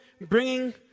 bringing